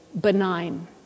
benign